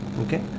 okay